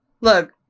look